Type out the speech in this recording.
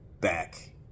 back